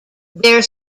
their